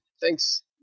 Thanks